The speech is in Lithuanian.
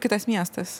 kitas miestas